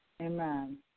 Amen